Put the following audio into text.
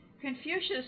Confucius